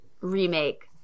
remake